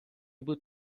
بود